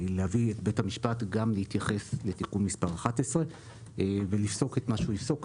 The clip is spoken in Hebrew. ולהביא את בית המשפט להתייחס גם לתיקון מס' 11ולפסוק את מה שיפסוק.